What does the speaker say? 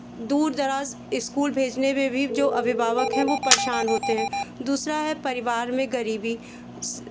दूर दराज़ स्कूल भेजने पे भी जो अभिवावक हैं वो परेशान होते हैं दूसरा है परिवार में गरीबी